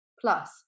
Plus